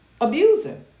abuser